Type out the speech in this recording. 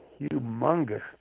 humongous